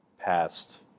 passed